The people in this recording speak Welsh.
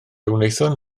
wnaethon